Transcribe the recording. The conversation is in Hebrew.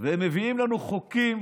ומביאים לנו חוקים